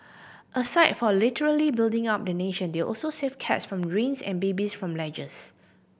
aside from literally building up the nation they also save cats from drains and babies from ledges